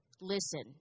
Listen